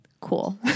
cool